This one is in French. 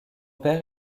père